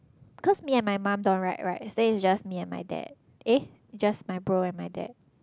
cause me and my mum don't ride right then it's just me and my day eh just my bro and my dad